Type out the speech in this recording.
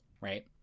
right